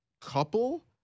couple